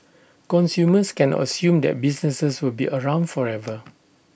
consumers cannot assume that businesses will be around forever